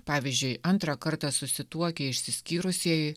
pavyzdžiui antrą kartą susituokę išsiskyrusieji